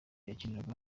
yakinaga